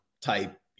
type